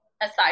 aside